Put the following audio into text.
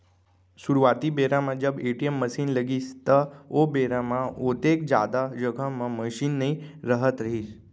सुरूवाती बेरा म जब ए.टी.एम मसीन लगिस त ओ बेरा म ओतेक जादा जघा म मसीन नइ रहत रहिस